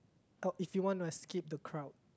oh if you want to escape the crowd